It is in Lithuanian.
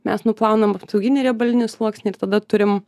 mes nuplaunam apsauginį riebalinį sluoksnį ir tada turim